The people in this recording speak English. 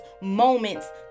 moments